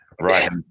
right